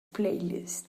playlist